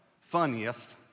funniest